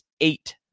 eight